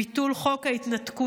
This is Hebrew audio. ביטול חוק ההתנתקות,